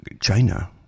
China